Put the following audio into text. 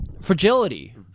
fragility